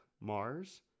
Mars